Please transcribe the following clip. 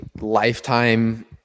lifetime